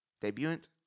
debutant